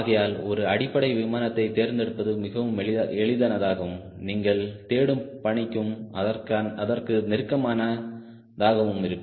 ஆகையால் ஒரு அடிப்படை விமானத்தைத் தேர்ந்தெடுப்பது மிகவும் எளிதானதாகும் நீங்கள் தேடும் பணிக்கும் அதற்கு நெருக்கமான தாகவும் இருக்கும்